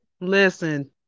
Listen